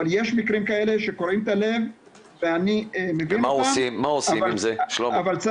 אבל יש מקרים כאלה שקורעים את הלב ואני מבין אותם אבל צר